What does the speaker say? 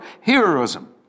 heroism